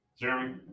Jeremy